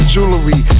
Jewelry